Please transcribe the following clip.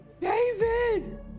David